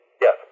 Yes